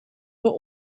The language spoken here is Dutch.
wel